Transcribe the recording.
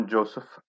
Joseph